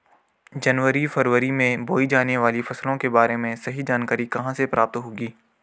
जनवरी फरवरी में बोई जाने वाली फसलों के बारे में सही जानकारी कहाँ से प्राप्त होगी?